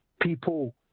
people